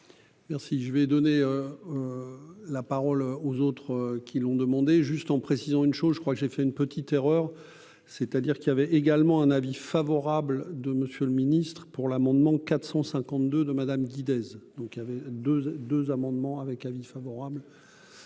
Merci, je vais donner la parole aux autres qui l'ont demandé juste en précisant une chose, je crois que j'ai fait une petite erreur, c'est-à-dire qu'il y avait également un avis favorable de Monsieur le Ministre, pour l'amendement 452 de Madame 10 Days, donc il y avait 2 2 amendements avec avis favorable